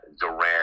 Durant